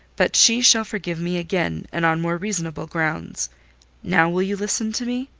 but she shall forgive me again, and on more reasonable grounds now will you listen to me?